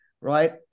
Right